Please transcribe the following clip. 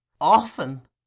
often